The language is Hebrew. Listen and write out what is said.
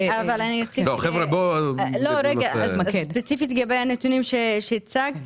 רגע, ספציפית לגבי הנתונים שהצגת.